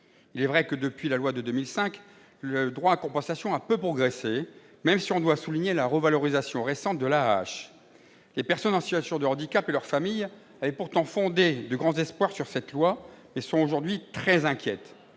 Il est vrai que, depuis la loi de 2005, le droit à compensation a peu progressé, même si l'on doit souligner la revalorisation récente de l'allocation aux adultes handicapés, l'AAH. Les personnes en situation de handicap et leurs familles avaient pourtant fondé de grands espoirs sur cette loi. Elles sont aujourd'hui très inquiètes.